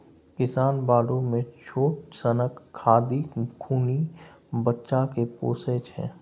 किसान बालु मे छोट सनक खाधि खुनि बच्चा केँ पोसय छै